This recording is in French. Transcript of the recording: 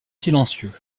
silencieux